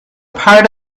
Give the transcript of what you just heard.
part